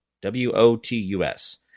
W-O-T-U-S